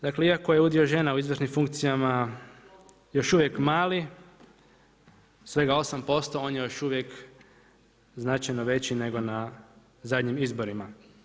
Dakle iako je udio žena u izvršnim funkcijama još uvijek mali, svega 8%, on je još uvijek značajno veći nego na zadnjim izborima.